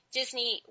Disney